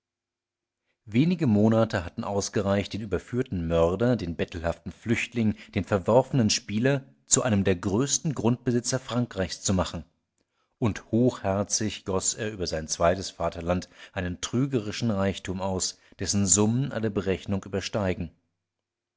wenige monate hatten ausgereicht den überführten mörder den bettelhaften flüchtling den verworfenen spieler zu einem der größten grundbesitzer frankreichs zu machen und hochherzig goß er über sein zweites vaterland einen trügerischen reichtum aus dessen summen alle berechnung übersteigen